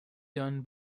done